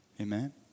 Amen